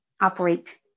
operate